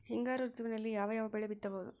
ಹಿಂಗಾರು ಋತುವಿನಲ್ಲಿ ಯಾವ ಯಾವ ಬೆಳೆ ಬಿತ್ತಬಹುದು?